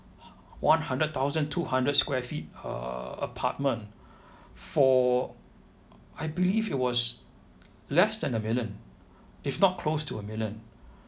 one hundred thousand two hundred square feet err apartment for I believe it was less than a million if not close to a million